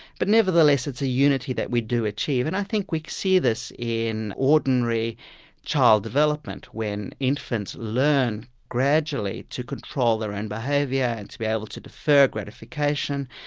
but nevertheless it's a unity that we do achieve, and i think we'd see this in ordinary child development, when infants learn gradually to control their own behaviour, and to be able to defer gratification,